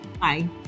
Bye